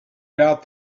doubt